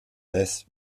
death